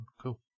Cool